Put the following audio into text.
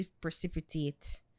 precipitate